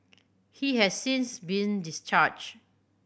he has since been discharged